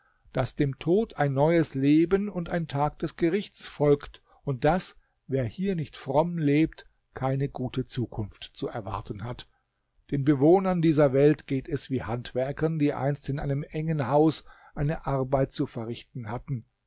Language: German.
daß dem tod ein neues leben und ein tag des gerichts folgt und daß wer hier nicht fromm lebt keine gute zukunft zu erwarten hat den bewohnern dieser welt geht es wie handwerkern die einst in einem engen haus eine arbeit zu verrichten hatten